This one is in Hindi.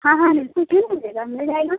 हाँ हाँ बिल्कुल क्यों नही मिलेगा मिल जाएगा